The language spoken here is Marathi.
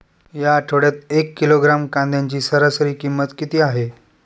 या आठवड्यात एक किलोग्रॅम कांद्याची सरासरी किंमत किती आहे?